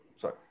sorry